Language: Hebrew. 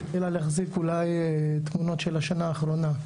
אלא להחזיק אולי תמונות של השנה האחרונה.